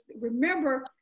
remember